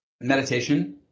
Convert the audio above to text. meditation